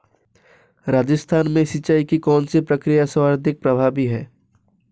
राजस्थान में सिंचाई की कौनसी प्रक्रिया सर्वाधिक प्रभावी है?